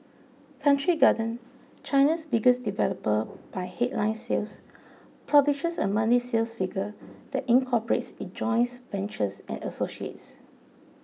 Country Garden China's biggest developer by headline sales publishes a monthly sales figure that incorporates its joint ventures and associates